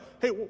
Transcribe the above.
Hey